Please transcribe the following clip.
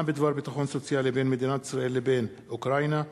אמנה בדבר ביטחון סוציאלי בין מדינת ישראל לבין אוקראינה.